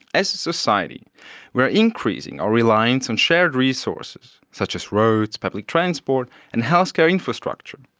as a society we are increasing our reliance on shared resources such as roads, public transport and healthcare infrastructure,